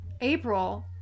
April